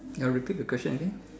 ya repeat the question again